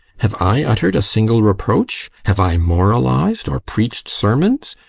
have i uttered a single reproach? have i moralised or preached sermons?